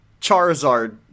Charizard